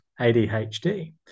ADHD